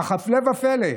אך הפלא ופלא,